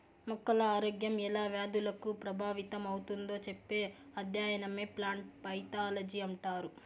మొక్కల ఆరోగ్యం ఎలా వ్యాధులకు ప్రభావితమవుతుందో చెప్పే అధ్యయనమే ప్లాంట్ పైతాలజీ అంటారు